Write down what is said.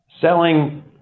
Selling